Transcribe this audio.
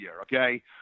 okay